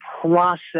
process